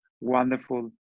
wonderful